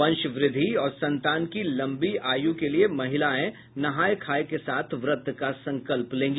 वंश वृद्धि और संतान की लम्बी आयु के लिए महिलाए नहाय खाय के साथ व्रत का संकल्प लेंगी